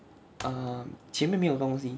um 前面没有东西